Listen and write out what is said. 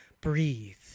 Breathe